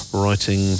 writing